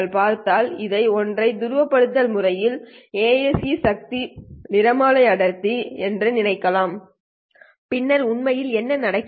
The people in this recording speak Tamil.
பின்னர் உண்மையில் என்ன நடக்கிறது